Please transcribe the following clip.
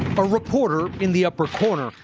a reporter, in the upper corner,